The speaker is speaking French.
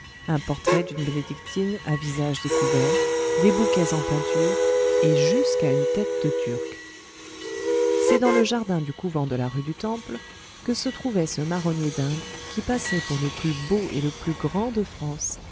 un portrait d'une bénédictine à visage découvert des bouquets en peinture et jusqu'à une tête de turc c'est dans le jardin du couvent de la rue du temple que se trouvait ce marronnier d'inde qui passait pour le plus beau et le plus grand de france